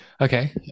Okay